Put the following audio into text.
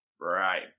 Right